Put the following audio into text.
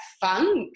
funk